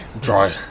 dry